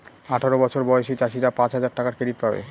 আঠারো বছর বয়সী চাষীরা পাঁচ হাজার টাকার ক্রেডিট পাবে